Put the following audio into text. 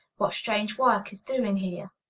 what strange work is doing here?